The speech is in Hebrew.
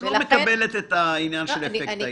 את לא מקבלת את העניין של "אפקט הילה".